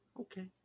Okay